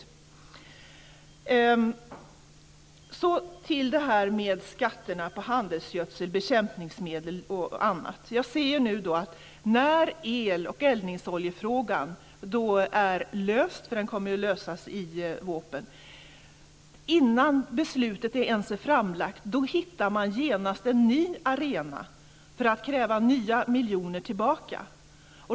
Sedan ska jag gå över till detta med skatterna på handelsgödsel, bekämpningsmedel och annat. El och eldningsoljefrågan kommer ju att lösas i vårpropositionen. Innan beslutet ens är framlagt ser jag att man genast hittar en ny arena för att kräva nya miljoner tillbaka.